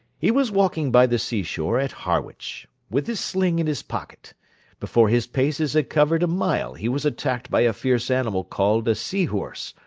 he was walking by the sea-shore at harwich, with this sling in his pocket before his paces had covered a mile he was attacked by a fierce animal called a seahorse,